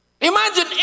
Imagine